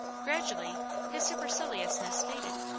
gradually his superciliousness faded.